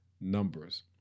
numbers